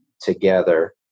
together